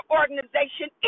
organization